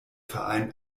verein